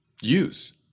use